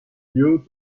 lieux